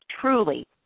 truly